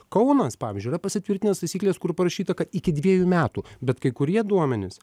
kaunas pavyzdžiui yra pasitvirtintas taisykles kur parašyta kad iki dviejų metų bet kai kurie duomenys